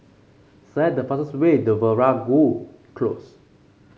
select the fastest way to Veeragoo Close